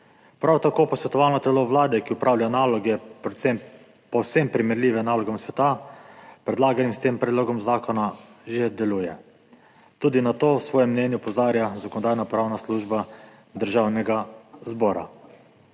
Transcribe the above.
Prav tako posvetovalno telo Vlade, ki opravlja naloge, povsem primerljive nalogam sveta, predlaganim s tem predlogom zakona, že deluje. Tudi na to v svojem mnenju opozarja Zakonodajno-pravna služba Državnega zbora.